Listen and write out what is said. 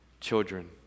children